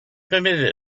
permitted